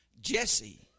Jesse